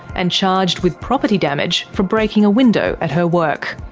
and charged with property damage for breaking a window at her work.